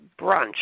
Brunch